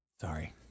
sorry